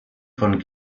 von